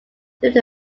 through